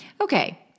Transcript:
Okay